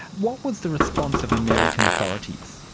what was the response of american authorities?